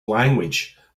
language